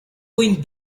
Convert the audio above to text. going